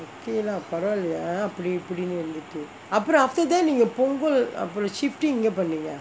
okay lah பரவாலயே அப்டி இப்டினு இருந்துட்டு:paravalayae apdi ipdinu irunthuttu ya அப்ரோ:apro after that நீங்கே:neengae punggol அப்ரோ:apro shifting எங்கே பண்ணிங்கே:enggae panningae